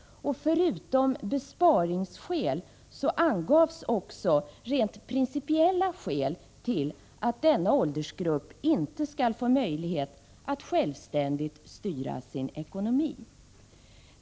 Förutom besparingsskäl angavs också principiella skäl till att denna åldersgrupp inte skall få möjlighet att självständigt styra sin ekonomi.